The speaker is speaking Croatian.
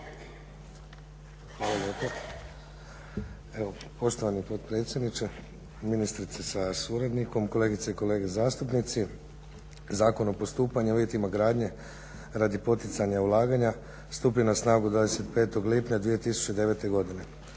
Hvala lijepo. Poštovani potpredsjedniče, ministrice sa suradnikom, kolegice i kolege zastupnici. Zakon o postupanju i uvjetima gradnje radi poticanja ulaganja stupio je na snagu 25. lipnja 2009. godine.